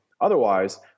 Otherwise